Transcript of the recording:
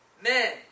Men